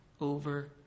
over